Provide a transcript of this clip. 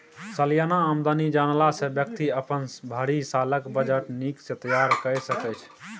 सलियाना आमदनी जनला सँ बेकती अपन भरि सालक बजट नीक सँ तैयार कए सकै छै